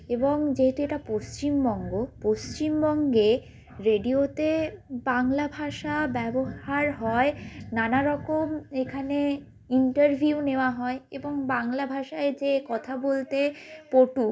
এবং যেহেতু এটা পশ্চিমবঙ্গ পশ্চিমবঙ্গে রেডিওতে বাংলা ভাষা ব্যবহার হয় নানারকম এখানে ইন্টারভিউ নেওয়া হয় এবং বাংলা ভাষায় যে কথা বলতে পটু